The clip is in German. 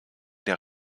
der